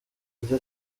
byo